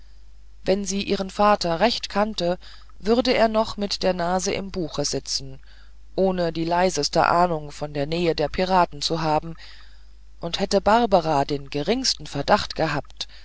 wenn sie ihren vater recht kannte würde er noch mit der nase im buche sitzen ohne die leiseste ahnung von der nähe der piraten zu haben und hätte barbara den geringsten verdacht gehabt